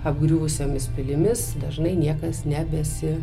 apgriuvusiomis pilimis dažnai niekas nebesi